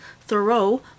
Thoreau